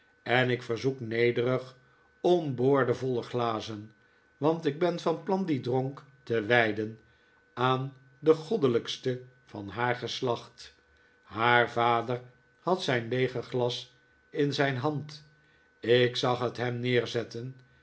en ik verzoek nederig om boordevolle glazen want ik ben van plan die dronk te wijden aan de goddelijkste van haar geslacht haar vader had zijn leege glas in zijn hand ik zag het hem neerzetten